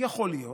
יכול להיות.